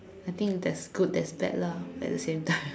I think there is good there is bad lah at the same time